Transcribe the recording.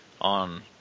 on